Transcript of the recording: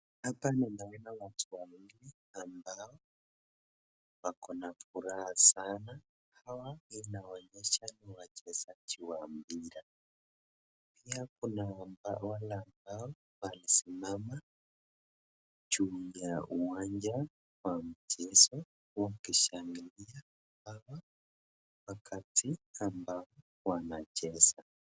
Hapa ni jengo moja ambalo linaonekana kuwa ya masomo